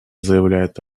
заявляет